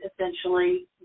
essentially